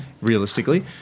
realistically